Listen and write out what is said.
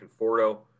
Conforto